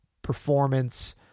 performance